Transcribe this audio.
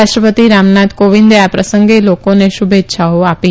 રાષ્ટ્રપતિ રામનાથ કોવિંદે આ પ્રસંગે લોકોને શુભેચ્છાઓ આપી